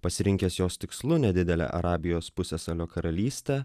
pasirinkęs jos tikslu nedidelę arabijos pusiasalio karalystę